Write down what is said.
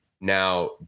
Now